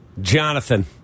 Jonathan